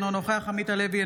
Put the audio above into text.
אינו נוכח עמית הלוי,